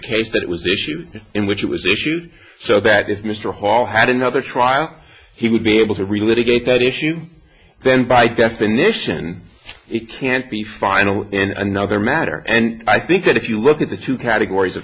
case that it was issued in which it was issued so that if mr hall had another trial he would be able to really get that issue then by definition it can't be final and another matter and i think that if you look at the two categories of